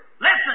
Listen